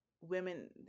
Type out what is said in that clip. women